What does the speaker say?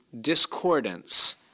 discordance